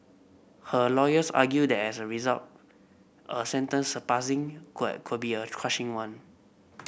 her lawyers argued that as a result a sentence surpassing could could be a crushing one